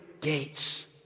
gates